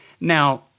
Now